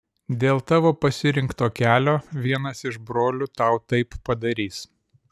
dėl tavo pasirinkto kelio vienas iš brolių tau taip padarys